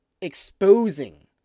exposing